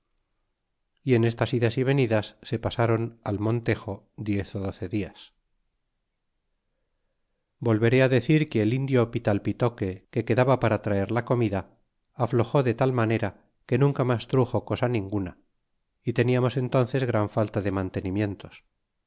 y en estas idas y venidas se pasron al montejo diez ó doce dias y volveré decir que el tulio pitalpitoque que quedaba para traer la tonaida aftoxii de tal manera que nunca mas truxo cosa ninguna y teníamos entnces gran falta de mantenimientos